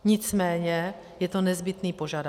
Nicméně je to nezbytný požadavek.